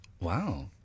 Wow